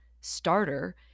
starter